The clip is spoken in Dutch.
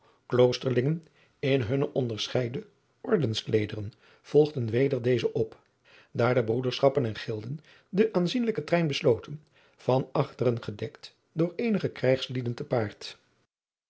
kloosterlingen in hunne onderscheide ordenskleederen volgden weder deze op daar de broederschappen en gilden den aanzienlijken trein besloten van achteren gedekt door eenige krijgslieden te paard